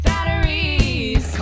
Batteries